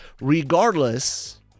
regardless